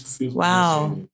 wow